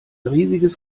riesiges